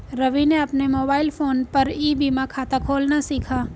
रवि ने अपने mobile phone पर ई बीमा खाता खोलना सीखा